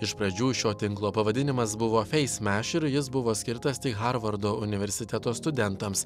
iš pradžių šio tinklo pavadinimas buvo feis mesh ir jis buvo skirtas tik harvardo universiteto studentams